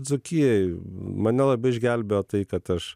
dzūkijoj mane labai išgelbėjo tai kad aš